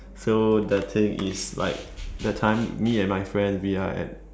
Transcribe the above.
so the thing is like that time me and my friend we are at